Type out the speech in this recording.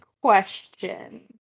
question